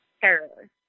terror